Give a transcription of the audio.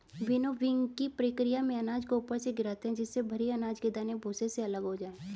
विनोविंगकी प्रकिया में अनाज को ऊपर से गिराते है जिससे भरी अनाज के दाने भूसे से अलग हो जाए